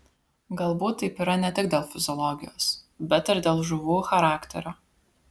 galbūt taip yra ne tik dėl fiziologijos bet ir dėl žuvų charakterio